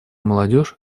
молодежь